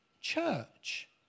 church